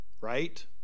right